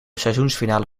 seizoensfinale